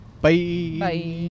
Bye